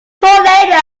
tornado